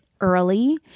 early